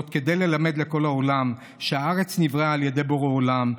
כדי ללמד לכל העולם שהארץ נבראה על ידי בורא עולם,